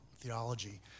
theology